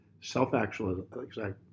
Self-actualization